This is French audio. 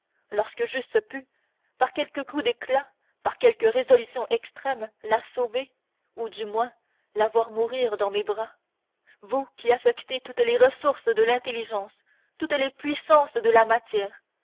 lorsque j'eusse pu par quelque coup d'éclat par quelque résolution extrême la sauver ou du moins la voir mourir dans mes bras vous qui affectez toutes les ressources de l'intelligence toutes les puissances de la matière